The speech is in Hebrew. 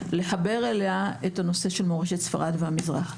לחבר אליה את הנושא של מורשת ספרד והמזרח.